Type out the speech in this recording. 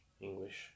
English